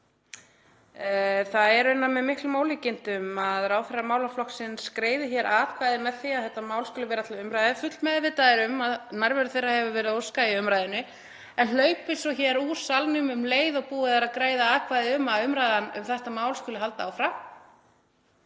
Það er raunar með miklum ólíkindum að ráðherrar málaflokksins greiði atkvæði með því að þetta mál skuli vera til umræðu, fullmeðvitaðir um að nærveru þeirra hefur verið óskað í umræðunni, en hlaupi svo úr salnum um leið og búið er að greiða atkvæði um að umræðan um þetta mál skuli halda áfram